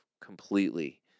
completely